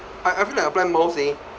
I I feel like apply miles leh